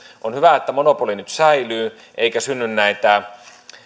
on hyvä että monopoli nyt säilyy eikä synny näitä